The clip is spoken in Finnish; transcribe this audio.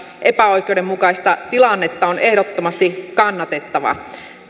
epäoikeudenmukaista tilannetta on ehdottomasti kannatettava